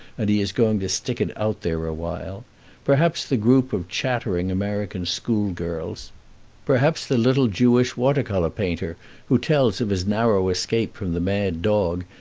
and he is going to stick it out there awhile perhaps the group of chattering american school-girls perhaps the little jewish water-color painter who tells of his narrow escape from the mad dog,